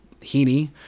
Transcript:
heaney